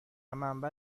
منبع